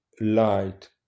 light